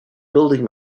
building